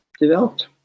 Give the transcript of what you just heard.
developed